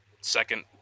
second